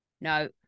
no